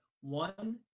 One